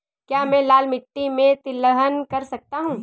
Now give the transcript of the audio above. क्या मैं लाल मिट्टी में तिलहन कर सकता हूँ?